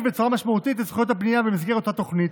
בצורה משמעותית את זכויות הבנייה במסגרת התוכנית.